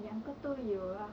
两个都有 ah